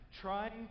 trying